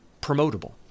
promotable